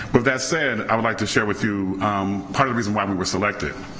with that said, i would like to share with you part of the reason why we were selected.